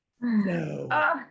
No